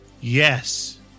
Yes